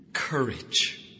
courage